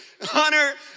Hunter